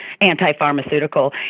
anti-pharmaceutical